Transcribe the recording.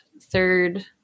third